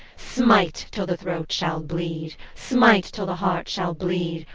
smite till the throat shall bleed, smite till the heart shall bleed,